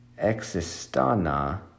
existana